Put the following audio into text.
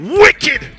wicked